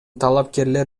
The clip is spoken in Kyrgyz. талапкерлер